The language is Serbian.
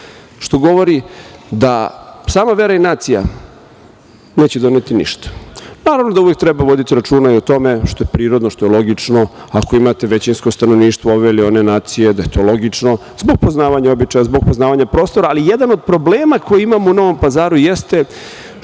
što govori da sama vera i nacija neće doneti ništa. Naravno da uvek treba voditi računa i o tome, što je prirodno, što je logično. Ako imate većinsko stanovništvo ove ili one nacije, to je logično zbog poznavanja običaja, zbog poznavanja prostora, ali jedan od problema koje imamo u Novom Pazaru jeste